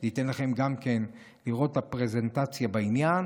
זה ייתן לכם גם כן לראות את הפרזנטציה בעניין.